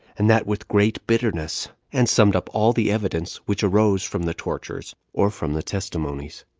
and that with great bitterness and summed up all the evidence which arose from the tortures, or from the testimonies.